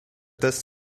this